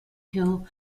hill